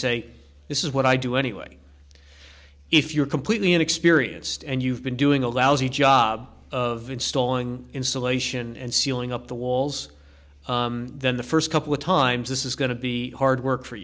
say this is what i do anyway if you're completely inexperienced and you've been doing a lousy job of installing insulation and sealing up the walls then the first couple of times this is going to be hard work for